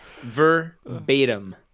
Verbatim